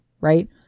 right